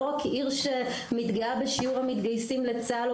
לא רק עיר שמתגאה בשיעור המתגייסים לצה״ל או